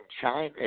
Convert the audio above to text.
China